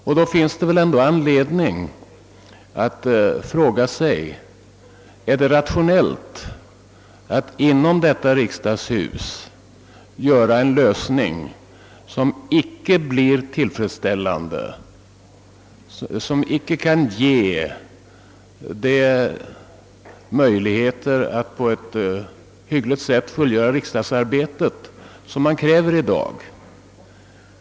Men då finns det väl ändå anledning att fråga sig, om det är rationellt att inom riksdagshuset försöka åstadkomma en lösning som icke kan bli fullt tillfredsställande, som alltså icke kan erbjuda riksdagsmännen de möjligheter att på ett hyggligt sätt fullgöra riksdagsarbetet som man kräver i dag.